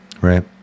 Right